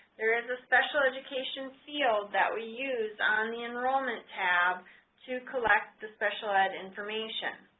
there is a special education field that we use on the enrollment tab to collect the special ed information